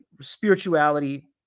spirituality